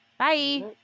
Bye